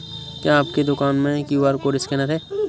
क्या आपके दुकान में क्यू.आर कोड स्कैनर है?